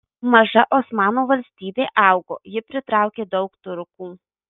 maža osmanų valstybė augo ji pritraukė daug turkų